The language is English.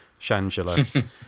Shangela